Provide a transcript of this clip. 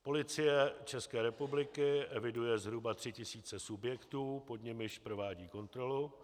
Policie České republiky eviduje zhruba 3 tisíce subjektů, pod nimiž provádí kontrolu.